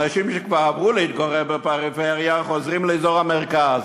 אנשים שכבר עברו להתגורר בפריפריה חוזרים לאזור המרכז.